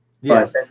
Yes